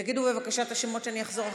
תגידו בבקשה את השמות, ואני אחזור.